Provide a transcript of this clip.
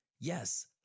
yes